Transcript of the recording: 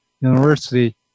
university